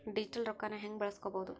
Digital ರೊಕ್ಕನ ಹ್ಯೆಂಗ ಬಳಸ್ಕೊಬೊದು?